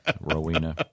Rowena